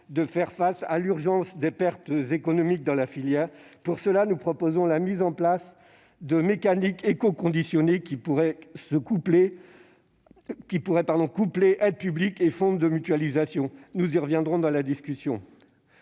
de faire face à l'urgence des pertes économiques de la filière. Pour cela, nous proposons la mise en place de mécanismes écoconditionnés, qui pourraient coupler aides publiques et fonds de mutualisation- nous y reviendrons lors de l'examen